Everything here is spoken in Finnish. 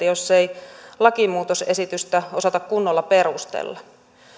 jos lakimuutosesitystä ei osata kunnolla perustella